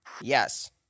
Yes